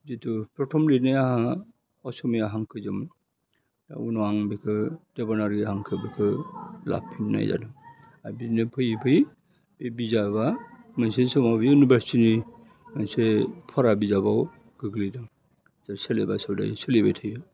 जितु प्रटम लिरनाय आंहा असमिया हांखोजों दा उनाव आं बेखो देबनाग्रि हांखोफोरखो लाफिननाय जादों दा बिनो फैयै फैयै बे बिजाबा मोनसे समाव इउनिभारसिटिनि मोनसे फरा बिजाबाव गोग्लैदों दा सेलेबासाव दायो सोलिबाय थायो